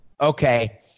okay